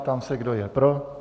Ptám se, kdo je pro.